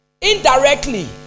Indirectly